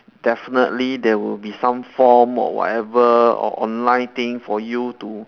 definitely there will be some form or whatever or online thing for you to